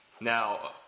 Now